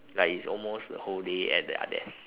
like it's almost the whole day at their desk